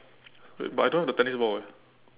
wait but I don't have the tennis ball eh